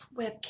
webcam